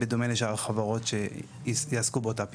בדומה לשאר החברות שיעסקו באותה פעילות.